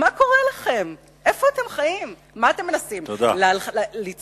מסכנים, הם חייבים, הרי